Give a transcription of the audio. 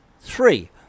Three